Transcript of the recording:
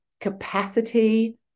capacity